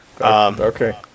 Okay